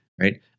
right